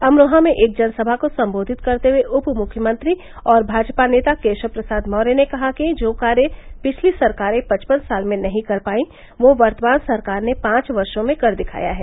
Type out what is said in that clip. अमरोहा में एक जनसभा को सम्बोधित करते हुये उप मुख्यमंत्री और भाजपा नेता केशव प्रसाद मौर्य ने कहा कि जो कार्य पिछली सरकारें पचपन साल में नही कर पायी वह वर्तमान सरकार ने पांच वर्षो में कर दिखाया है